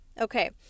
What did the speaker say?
Okay